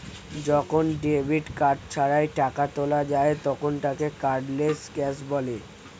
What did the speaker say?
যখন debit card ছাড়াই টাকা তোলা যায় তখন তাকে কার্ডলেস ক্যাশ বলে